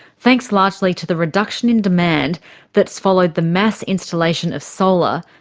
thanks largely to the reduction in demand that's followed the mass installation of solar,